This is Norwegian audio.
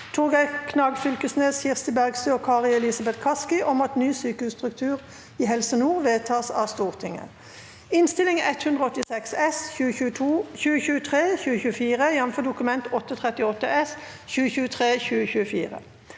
Torgeir Knag Fylkesnes, Kirsti Bergstø og Kari Elisabeth Kaski om at ny sykehusstruktur i Helse Nord vedtas av Stortinget (Innst. 186 S (2023– 2024), jf. Dokument 8:38 S (2023–2024))